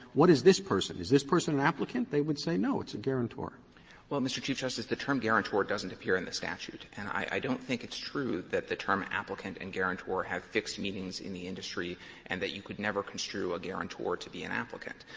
what is this person? is this person an applicant? they would say, no, it's a guarantor. fletcher well, mr. chief justice, the term guarantor doesn't appear in the statute. and i don't think it's true that that the term applicant and guarantor have fixed meanings in the industry and that you could never construe a guarantor to be an applicant.